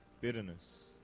bitterness